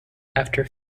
after